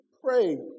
pray